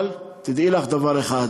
אבל תדעי לך דבר אחד,